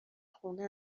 خونه